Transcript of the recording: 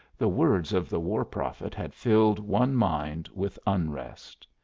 the words of the war prophet had filled one mind with unrest.